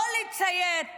לא לציית